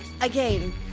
again